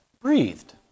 breathed